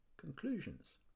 conclusions